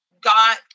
got